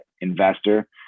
investor